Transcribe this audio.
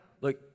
look